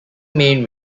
main